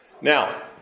Now